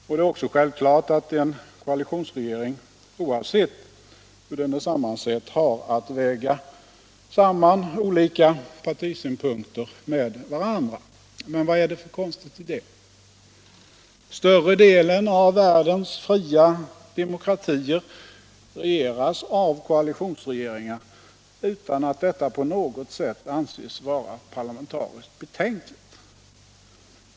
Och det är också självklart att en koalitionsregering, oavsett hur den är sammansatt, har att väga samman olika partisynpunkter med varandra. Men vad är det för konstigt i det? Större delen av världens fria demokratier regeras av koalitionsregeringar utan att detta på något sätt anses vara parlamentariskt betänkligt.